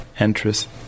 interest